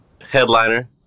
headliner